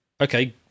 okay